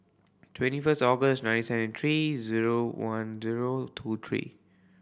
twenty first August nineteen three zero one zero two three